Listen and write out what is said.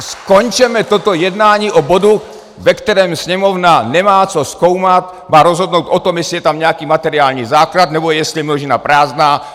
Skončeme toto jednání o bodu, ve kterém Sněmovna nemá co zkoumat, má rozhodnout o tom, jestli je tam nějaký materiální základ, nebo jestli je množina prázdná.